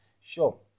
sure